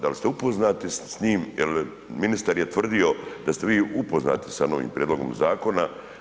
Da li ste upoznati s tim jer ministar je tvrdio da ste vi upoznati sa novim prijedlogom zakona.